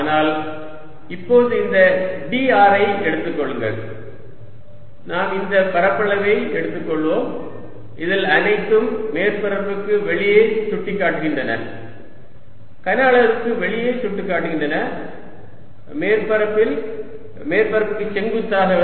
ஆனால் இப்போது இந்த dr ஐ எடுத்துக் கொள்ளுங்கள் நாம் இந்த பரப்பளவை எடுத்துக்கொள்வோம் இதில் அனைத்தும் மேற்பரப்புக்கு வெளியே சுட்டிக்காட்டுகின்றன கனஅளவிற்கு வெளியே சுட்டிக்காட்டுகின்றன மேற்பரப்பில் மேற்பரப்பிற்கு செங்குத்தாக